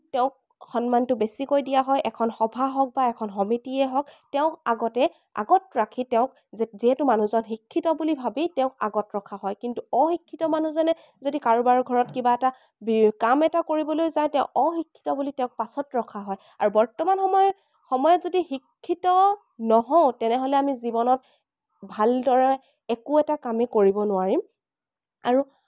তেওঁক সন্মানটো বেছিকৈ দিয়া হয় এখন সভা হওক বা এখন সমিতিয়ে হওক তেওঁক আগতে আগত ৰাখি তেওঁক যিহেতু মানুহজন শিক্ষিত বুলি ভাবি তেওঁক আগত ৰখা হয় কিন্তু অশিক্ষিত মানুহজনে যদি কাৰোবাৰ ঘৰত কিবা এটা বি কাম এটা কৰিবলৈ যায় তেওঁ অশিক্ষিত বুলি তেওঁক পাছত ৰখা হয় আৰু বৰ্তমান সময় সময়ত যদি শিক্ষিত নহওঁ তেনেহ'লে আমি জীৱনত ভালদৰে একো এটা কামেই কৰিব নোৱাৰিম আৰু